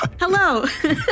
Hello